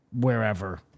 wherever